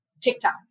TikTok